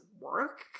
work